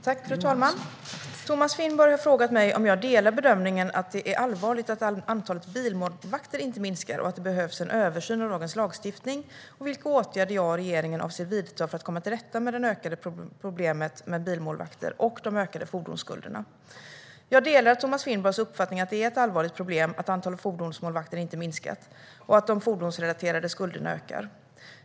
Fru talman! Thomas Finnborg har frågat mig om jag delar bedömningen att det är allvarligt att antalet bilmålvakter inte minskar och att det behövs en översyn av dagens lagstiftning samt vilka åtgärder jag och regeringen avser att vidta för att komma till rätta med det ökande problemet med bilmålvakter och de ökande fordonsskulderna. Jag delar Thomas Finnborgs uppfattning att det är ett allvarligt problem att antalet fordonsmålvakter inte har minskat och att de fordonsrelaterade skulderna ökar.